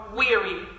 weary